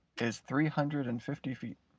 is three hundred and fifty feet.